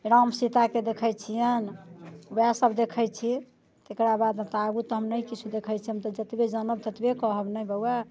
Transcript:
राम सीताके देखैत छिअनि ओएह सभ देखैत छी तकरा बाद आगू तऽ हम नहि किछु देखैत छी हम तऽ जतबे जानब ततबे कहब ने बौआ